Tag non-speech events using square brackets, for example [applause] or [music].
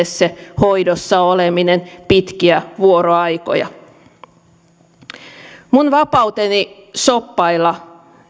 [unintelligible] se hoidossa oleminen pitkiä vuoroaikoja on raskaampaa myös lapselle minun vapauteni shoppailla